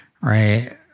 right